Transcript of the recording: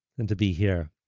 and to be here